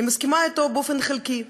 אני מסכימה אתו באופן חלקי.